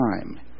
time